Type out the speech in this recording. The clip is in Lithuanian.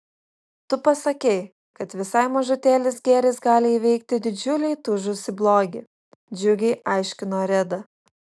tu pasakei kad visai mažutėlis gėris gali įveikti didžiulį įtūžusį blogį džiugiai aiškino reda